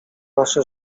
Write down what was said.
wasze